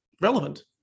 relevant